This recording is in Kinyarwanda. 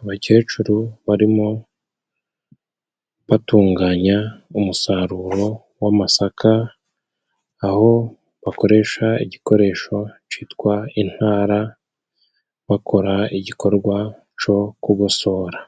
Abakecuru barimo batunganya umusaruro w'amasaka aho bakoresha igikoresho citwa intara, bakora igikorwa co kugosora.